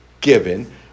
given